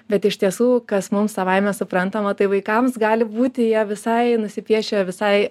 bet iš tiesų kas mums savaime suprantama tai vaikams gali būti jie visai nusipiešę visai